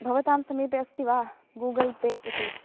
भवतां समीपे अस्ति वा गूगल् पे इति